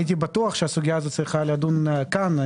הייתי בטוח שהסוגייה הזאת צריכה לדון כאן.